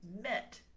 met